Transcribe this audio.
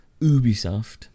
Ubisoft